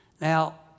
Now